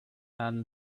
and